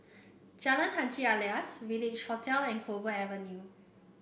Jalan Haji Alias Village Hotel and Clover Avenue